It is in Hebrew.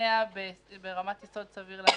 השתכנע ברמת יסוד סביר להניח.